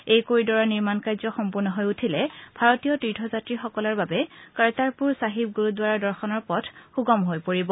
এই কৰিডৰৰ নিৰ্মাণ কাৰ্য সম্পূৰ্ণ হৈ উঠিলে ভাৰতীয় তীৰ্থ যাত্ৰীসকলৰ বাবে কৰ্টাৰপূৰ চাহিব গুৰুদ্বাৰা দৰ্শনৰ পথ সূগম হৈ পৰিব